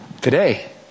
today